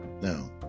Now